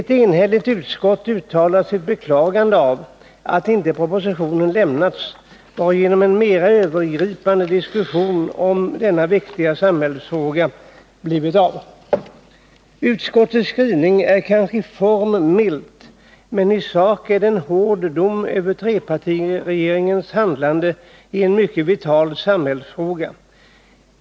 Utskottet uttalar enhälligt sitt beklagande av att propositionen inte lämnats så att en mer övergripande diskussion om denna viktiga samhällsfråga kunnat bli av. Utskottets skrivning är kanske i formen mild, men i sak är den en hård dom över trepartiregeringens handlande i en mycket vital samhällsfråga.